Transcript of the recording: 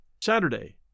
Saturday